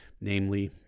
Namely